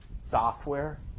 software